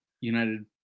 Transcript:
United